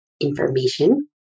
information